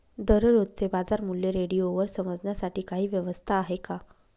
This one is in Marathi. दररोजचे बाजारमूल्य रेडिओवर समजण्यासाठी काही व्यवस्था आहे का?